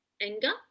anger